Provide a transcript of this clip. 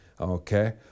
Okay